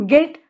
Get